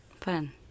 fun